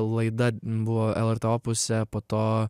laida buvo lrt opuse po to